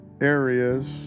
areas